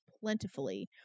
plentifully